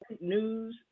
news